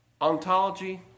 Ontology